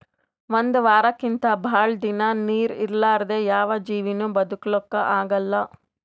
ಒಂದ್ ವಾರಕ್ಕಿಂತ್ ಭಾಳ್ ದಿನಾ ನೀರ್ ಇರಲಾರ್ದೆ ಯಾವ್ ಜೀವಿನೂ ಬದಕಲಕ್ಕ್ ಆಗಲ್ಲಾ